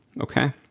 Okay